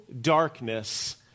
darkness